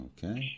Okay